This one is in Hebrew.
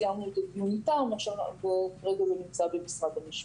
סיימנו את הדיון איתם וכרגע זה נמצא במשרד המשפטים,